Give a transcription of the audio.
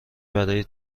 برای